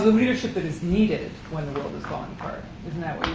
leadership that is needed when the world is falling apart? isn't that what